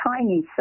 tiny